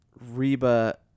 Reba